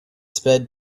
sped